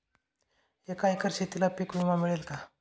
एका एकर शेतीला पीक विमा मिळेल का?